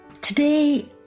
Today